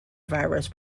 virus